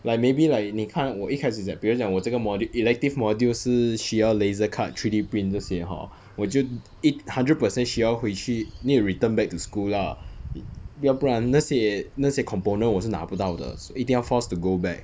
like maybe like 你看我一开始讲比如讲我这个 module elective module 是需要 laser cut three D print 这些 hor 我就一 hundred percent 需要回去 need to return back to school lah 要要不然那些那些 component 我是拿不到的所以一定要 force to go back